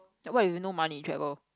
what if you no money in travel